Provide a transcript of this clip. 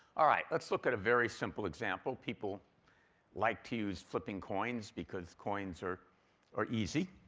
all right, let's look at a very simple example. people like to use flipping coins because coins are are easy.